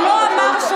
הוא לא אמר שהוא